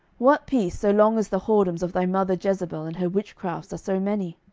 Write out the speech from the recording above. what peace, so long as the whoredoms of thy mother jezebel and her witchcrafts are so many?